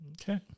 Okay